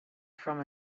from